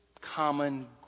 common